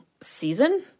season